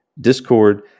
Discord